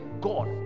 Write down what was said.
God